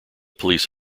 police